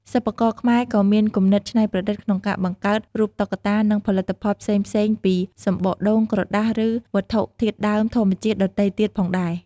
សិប្បករខ្មែរក៏មានគំនិតច្នៃប្រឌិតក្នុងការបង្កើត រូបតុក្កតា និងផលិតផលផ្សេងៗពី សំបកដូង ក្រដាស ឬវត្ថុធាតុដើមធម្មជាតិដទៃទៀតផងដែរ។